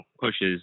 pushes